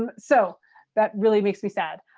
um so that really makes me sad.